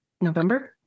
november